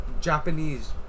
Japanese